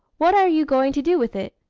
what are you going to do with it?